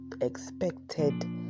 expected